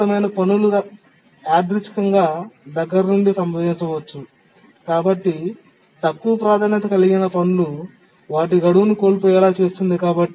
విపరీతమైన పనులు యాదృచ్ఛికంగా దగ్గరి నుండి సంభవించవచ్చు కాబట్టి తక్కువ ప్రాధాన్యత కలిగిన పనులు వాటి గడువును కోల్పోయేలా చేస్తుంది